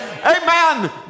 Amen